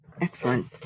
Excellent